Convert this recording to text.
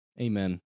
amen